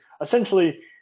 essentially